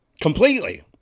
completely